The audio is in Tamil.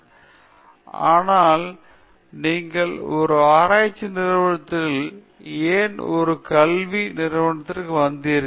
சங்கரன் ஆனால் நீங்கள் ஒரு ஆராய்ச்சி நிறுவனத்திலிருந்து ஏன் ஒரு கல்வி நிறுவனத்திற்கு வந்தீர்கள்